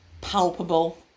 palpable